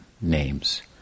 names